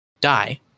die